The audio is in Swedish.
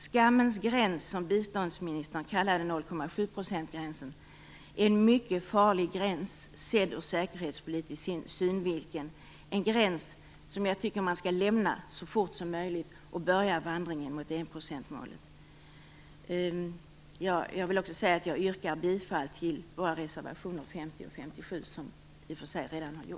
"Skammens gräns", som biståndsministern kallade 0,7 %-gränsen är en mycket farlig gräns sedd ur säkerhetspolitisk synvinkel. Det är en gräns som jag tycker att vi skall lämna så fort som möjligt, och börja vandringen mot enprocentsmålet. Jag yrkar bifall till Miljöpartiets reservationer 50